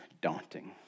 daunting